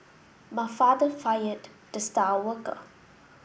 my father fired the star worker